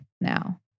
now